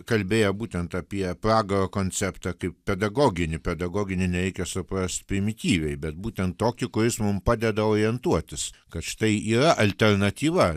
kalbėjo būtent apie pragaro konceptą kaip pedagoginį pedagoginį nereikia suprast primityviai bet būtent tokį kuris mum padeda orientuotis kad štai yra alternatyva